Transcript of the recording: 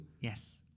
Yes